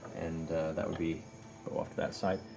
and that would be go off to that side.